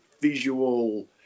visual